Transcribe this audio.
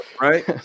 Right